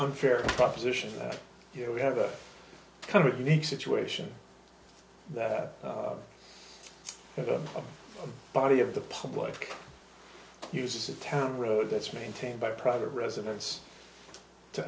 unfair proposition that here we have a kind of unique situation that the body of the public uses a town road that's maintained by private residence to